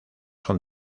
son